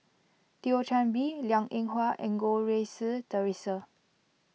Thio Chan Bee Liang Eng Hwa and Goh Rui Si theresa